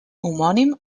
homònim